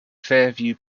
fairview